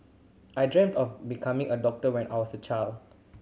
I dreamt of becoming a doctor when I was a child